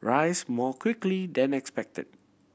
rates more quickly than expected